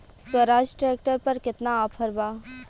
Swaraj tractor पर केतना offer बा?